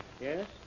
yes